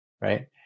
right